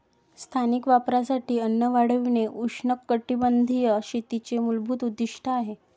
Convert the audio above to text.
स्थानिक वापरासाठी अन्न वाढविणे उष्णकटिबंधीय शेतीचे मूलभूत उद्दीष्ट आहे